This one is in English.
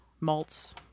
malts